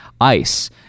ICE